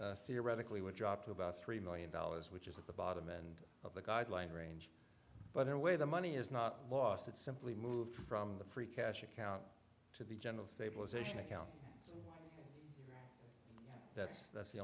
cash theoretically would drop to about three million dollars which is at the bottom end of the guideline range but in a way the money is not lost it's simply moved from the free cash account to the general stabilization account that's that's the